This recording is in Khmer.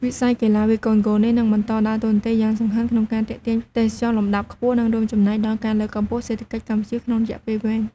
វិស័យកីឡាវាយកូនហ្គោលនេះនឹងបន្តដើរតួនាទីយ៉ាងសំខាន់ក្នុងការទាក់ទាញទេសចរណ៍លំដាប់ខ្ពស់ និងរួមចំណែកដល់ការលើកកម្ពស់សេដ្ឋកិច្ចកម្ពុជាក្នុងរយៈពេលវែង។